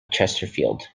chesterfield